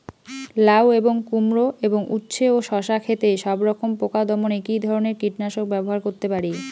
লাউ এবং কুমড়ো এবং উচ্ছে ও শসা ক্ষেতে সবরকম পোকা দমনে কী ধরনের কীটনাশক ব্যবহার করতে পারি?